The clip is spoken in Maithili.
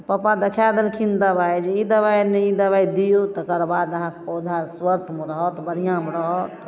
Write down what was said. पप्पा देखाय देलखिन दवाइ जे ई दवाइ नहि ई दवाइ दियौ तकर बाद अहाँके पौधा स्वस्थ्य मे रहत बढ़िऑं रहत